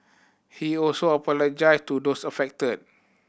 he also apologised to those affected